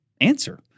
answer